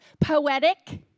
poetic